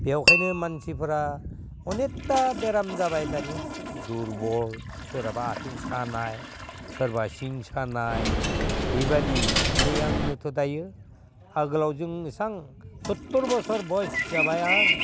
बेवहानो मानसिफोरा अनेगथा बेराम जाबाय दानि दुरबल सोरहाबा आथिं सानाय सोरबा सिं सानाय बिबादि नै आंबोथ' दायो आगोलाव जों इसां सदथुर बसर बयस जाबाय आं